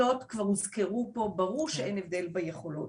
מבחינת יכולות שכבר הוזכרו כאן זה ברור שאין הבדל ביכולות,